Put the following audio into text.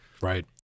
Right